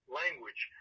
language